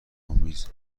آمیز